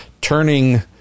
turning